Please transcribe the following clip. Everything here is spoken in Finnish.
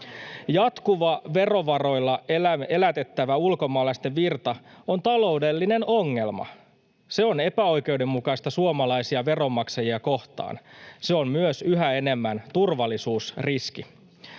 Jatkuva verovaroilla elätettävien ulkomaalaisten virta on taloudellinen ongelma. Se on epäoikeudenmukaista suomalaisia veronmaksajia kohtaan. Se on myös yhä enemmän turvallisuusriski.